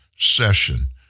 session